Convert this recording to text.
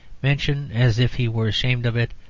mention, as if he were ashamed of it,